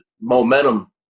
momentum